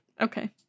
okay